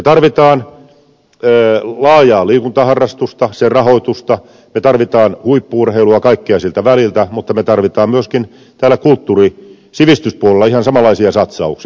me tarvitsemme laajaa liikuntaharrastusta sen rahoitusta me tarvitsemme huippu urheilua kaikkea siltä väliltä mutta me tarvitsemme myöskin täällä kulttuuri sivistyspuolella ihan samanlaisia satsauksia